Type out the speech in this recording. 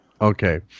Okay